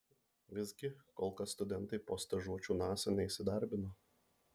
visgi kol kas studentai po stažuočių nasa neįsidarbino